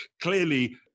clearly